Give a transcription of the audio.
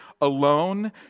alone